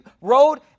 road